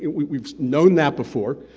ah we've we've known that before.